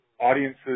audiences